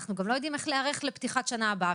אנחנו גם לא יודעים איך להיערך לפתיחת השנה הבאה.